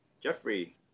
Jeffrey